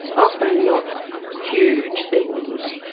often not huge things,